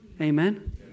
Amen